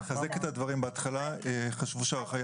אחזק את הדברים: בהתחלה חשבו שההערכה היא